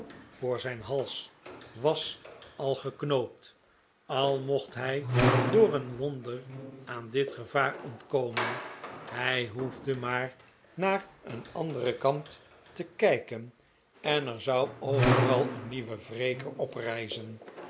voor zijn hals was al geknoopt al mocht hij door een wonder aan dit gevaar ontkomen hij hoefde maar naar een anderen kant te kijken en er zou overal een nieuwe wreker